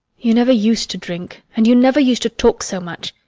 you never used to drink, and you never used to talk so much.